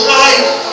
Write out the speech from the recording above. life